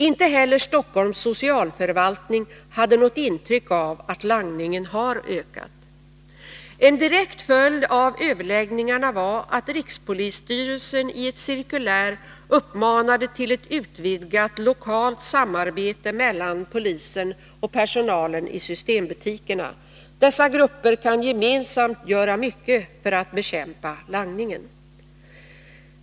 Inte heller Stockholms socialförvaltning hade det intrycket att langningen ökat. En direkt följd av överläggningen blev att rikspolisstyrelsen i cirkulär uppmanade till ett utvidgat lokalt samarbete mellan polisen och personalen i systembutikerna. Dessa grupper kan gemensamt göra mycket för att bekämpa langningen.